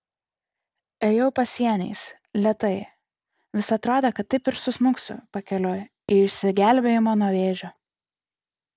ėjau pasieniais lėtai vis atrodė kad taip ir susmuksiu pakeliui į išsigelbėjimą nuo vėžio